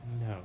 No